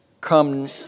come